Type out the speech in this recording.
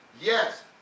Yes